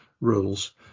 rules